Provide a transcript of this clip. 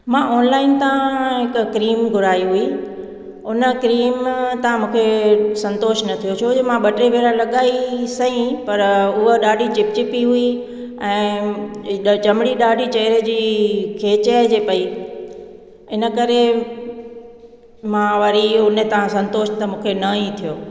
मां ऑनलाइन तां हिकु क्रीम घुराई हुई उन क्रीम तां मूंखे संतोष न थियो छोजो मां ॿ टे भेरा लॻाई सही पर उहा ॾाढी चिप चिपी हुई ऐं ड चमड़ी ॾाढी चहिरे जी खेचाए जे पई इन करे मां वरी उन तां संतोष त मूंखे न ई थियो